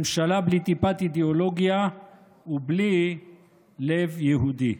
ממשלה בלי טיפת אידיאולוגיה ובלי לב יהודי.